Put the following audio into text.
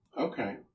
Okay